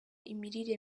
imirire